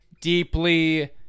deeply